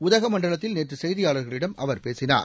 உதகமண்டலத்தில் நேற்று செய்தியாளர்களிடம் அவர் பேசினார்